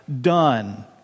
done